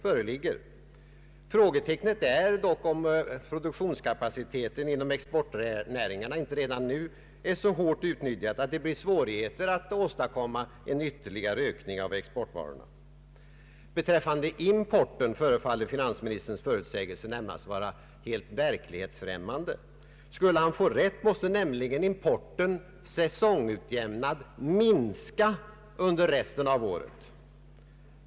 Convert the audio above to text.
Frågan är dock om produktionskapaciteten inom exportnäringarna inte redan nu är så hårt utnyttjad att det blir svårigheter att åstadkomma en ytterligare och tillräcklig ökning av exportvarorna. Beträffande importen förefaller finansministerns förutsägelser närmast vara helt verklighetsfrämmande. Skulle han få rätt måste nämligen importen, säsongutjämnad, minska under resten av året.